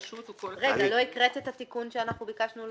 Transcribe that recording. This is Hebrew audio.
רגע, לא הקראת את התיקון שביקשנו להוסיף.